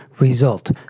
result